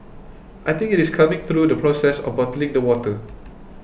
I think it is coming through the process of bottling the water